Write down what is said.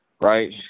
right